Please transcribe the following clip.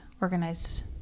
Organized